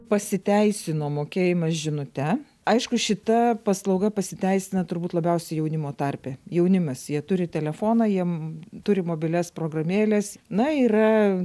pasiteisino mokėjimas žinute aišku šita paslauga pasiteisina turbūt labiausiai jaunimo tarpe jaunimas jie turi telefoną jiem turi mobilias programėles na yra